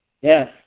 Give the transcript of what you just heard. Yes